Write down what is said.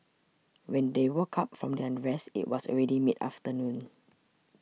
when they woke up from their rest it was already mid afternoon